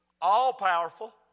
All-powerful